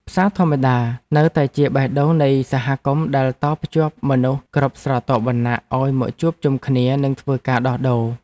ផ្សារធម្មតានៅតែជាបេះដូងនៃសហគមន៍ដែលតភ្ជាប់មនុស្សគ្រប់ស្រទាប់វណ្ណៈឱ្យមកជួបជុំគ្នានិងធ្វើការដោះដូរ។